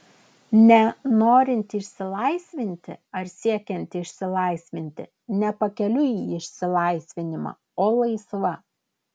ne norinti išsilaisvinti ar siekianti išsilaisvinti ne pakeliui į išsilaisvinimą o laisva